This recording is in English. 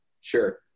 Sure